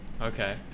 Okay